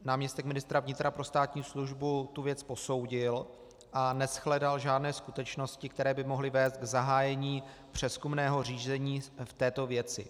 Náměstek ministra vnitra pro státní službu tu věc posoudil a neshledal žádné skutečnosti, které by mohly vést k zahájení přezkumného řízení v této věci.